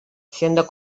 siendo